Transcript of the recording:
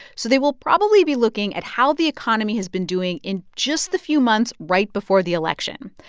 so they will probably be looking at how the economy has been doing in just the few months right before the election.